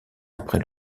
après